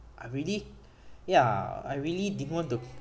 I really ya I really didn't want to